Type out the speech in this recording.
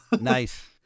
Nice